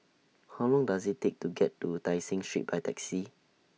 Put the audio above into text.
How Long Does IT Take to get to Tai Seng Street By Taxi